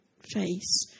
face